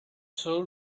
soul